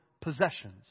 possessions